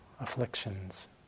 afflictions